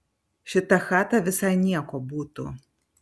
šita chata visai nieko būtų